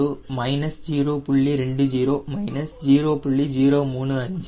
20 0